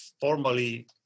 formally